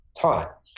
taught